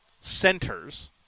centers